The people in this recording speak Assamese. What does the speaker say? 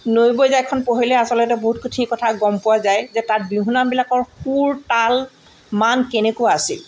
নৈ বৈ যায়খন পঢ়িলে আচলতে বহুতখিনি কথা গম পোৱা যায় যে যে তাত বিহুনামবিলাকৰ সুৰ তাল মান কেনেকুৱা আছিল